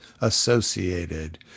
associated